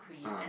ah